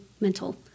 mental